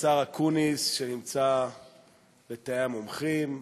השר אקוניס שנמצא בתאי המומחים,